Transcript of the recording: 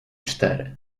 cztery